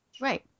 Right